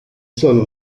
sono